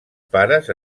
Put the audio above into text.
pares